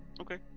okay